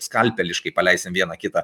skalpeliškai paleisim vieną kitą